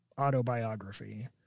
autobiography